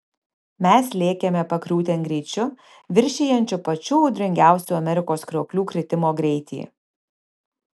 mes lėkėme pakriūtėn greičiu viršijančiu pačių audringiausių amerikos krioklių kritimo greitį